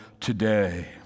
today